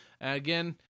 Again